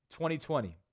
2020